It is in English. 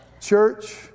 Church